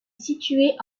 située